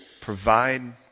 provide